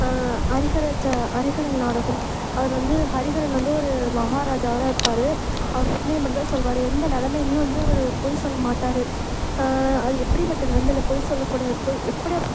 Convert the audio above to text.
ஹரிஹர ச ஹரிஹரன் நாடகம் அவர் வந்து ஹரிஹரன் வந்து ஒரு மகாராஜாவராக இருப்பார் அவர் உண்மையை மட்டும்தான் சொல்வார் எந்த நிலமையிலியும் வந்து அவர் ப் பொய் சொல்ல மாட்டார் அது எப்படிப்பட்ட நெலமையில் பொய் சொல்லக்கூட பொய் எப்படியாப்